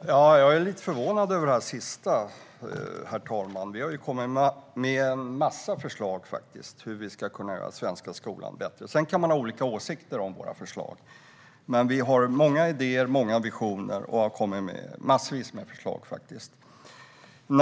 Herr talman! Jag är lite förvånad över vad som sas sist. Vi har lagt fram en massa förslag om hur den svenska skolan kan göras bättre. Sedan kan man ha olika åsikter om våra förslag. Vi har många idéer och många visioner, och vi har lagt fram massvis med förslag. Jag